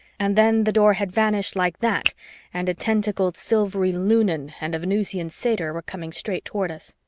and then the door had vanished like that and a tentacled silvery lunan and a venusian satyr were coming straight toward us.